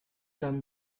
done